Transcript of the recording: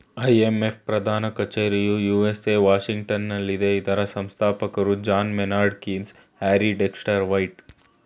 IMF ಪ್ರಧಾನ ಕಚೇರಿಯು USA ವಾಷಿಂಗ್ಟನಲ್ಲಿದೆ ಇದರ ಸಂಸ್ಥಾಪಕರು John Maynard Keynes, Harry Dexter white